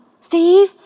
Steve